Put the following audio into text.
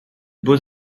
beaux